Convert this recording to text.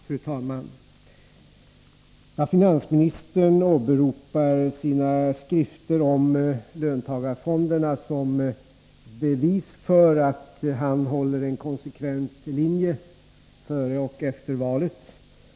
Fru talman! Finansministern åberopar sina skrifter om löntagarfonderna som bevis för att han har hållit en konsekvent linje före och efter valet.